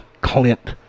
Clint